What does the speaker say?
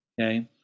Okay